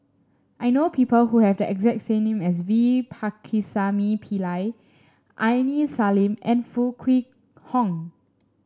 I know people who have the exact name as V Pakirisamy Pillai Aini Salim and Foo Kwee Horng